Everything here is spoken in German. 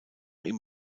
ihm